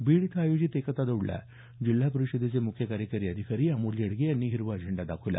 बीड इथं आयोजित एकता दौडला जिल्हा परिषदेचे मुख्य कार्यकारी अधिकारी अमोल येडगे यांनी हिरवा झेंडा दाखवला